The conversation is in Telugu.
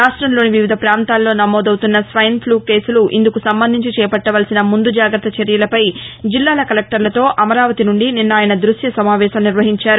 రాష్టంలోని వివిధ పాంతాలలో నమోదవుతున్న స్వైన్ ఫ్లూ కేసులు ఇందుకు సంబంధించి చేపట్టవలసిన ముందు జాగ్రత్త చర్యలపై జిల్లాల కలెక్టర్లతో అమరావతి నుండి నిన్న ఆయన దృశ్య సమావేశం నిర్వహించారు